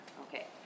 Okay